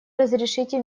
разрешите